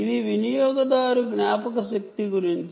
ఇది user memory గురించి